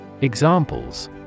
Examples